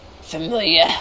Familiar